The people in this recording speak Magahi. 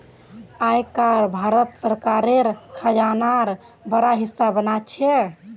आय कर भारत सरकारेर खजानार बड़ा हिस्सा बना छे